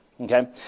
Okay